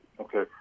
Okay